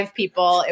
people